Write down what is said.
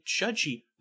judgy